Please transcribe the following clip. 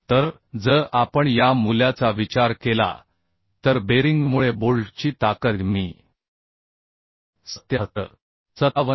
तर जर आपण या मूल्याचा विचार केला तर बेरिंगमुळे बोल्टची ताकद मी 77